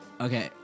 Okay